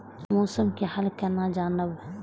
मौसम के हाल केना जानब?